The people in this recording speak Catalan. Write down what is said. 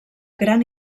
gran